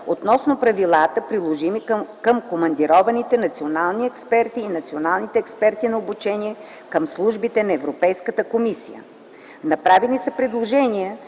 относно правилата, приложими към командированите национални експерти и националните експерти на обучение към службите на Европейската комисия. Направени са предложения,